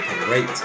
great